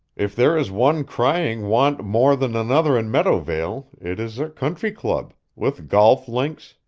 if there is one crying want more than another in meadowvale it is a country club, with golf links,